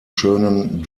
schönen